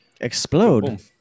Explode